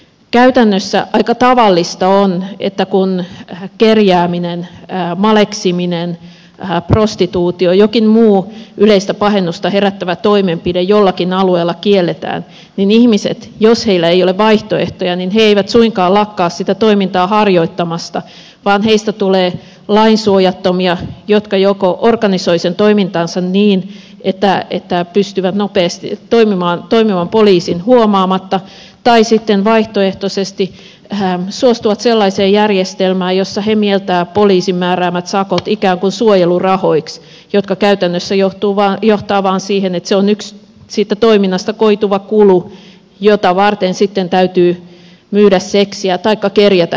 käytännössä aika tavallista on että kun kerjääminen maleksiminen prostituutio jokin muu yleistä pahennusta herättävä toimenpide jollakin alueella kielletään niin ihmiset jos heillä ei ole vaihtoehtoja eivät suinkaan lakkaa sitä toimintaa harjoittamasta vaan heistä tulee lainsuojattomia jotka joko organisoivat sen toimintansa niin että pystyvät toimimaan poliisin huomaamatta tai sitten vaihtoehtoisesti suostuvat sellaiseen järjestelmään jossa he mieltävät poliisin määräämät sakot ikään kuin suojelurahoiksi mikä käytännössä johtaa vain siihen että ne ovat yksi siitä toiminnasta koituva kulu jota varten sitten täytyy myydä seksiä taikka kerjätä hieman enemmän